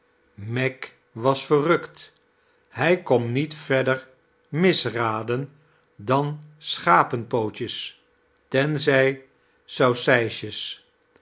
meg was verrukt hij kon niet verder mis raden dan schapenpootjes tenzij saucijsjes